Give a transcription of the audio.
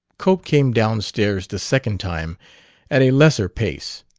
cope came down stairs the second time at a lesser pace.